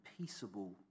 peaceable